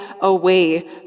away